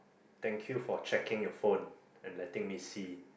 thank you for checking your phone and letting me see